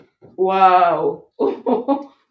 Wow